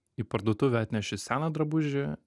į parduotuvę atneši seną drabužį